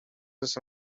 his